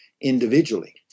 individually